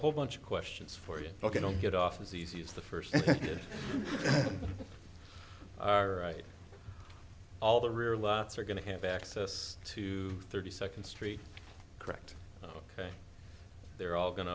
whole bunch of questions for you ok don't get off as easy as the first did all right all the rear lots are going to have access to thirty second street correct ok they're all go